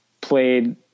played